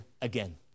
again